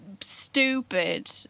stupid